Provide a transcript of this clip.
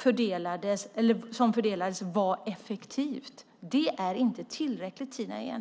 endast har fördelats effektivt till tre av elva åtgärdsområden. Det är inte tillräckligt, Tina Ehn.